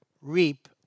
reap